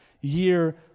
year